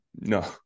No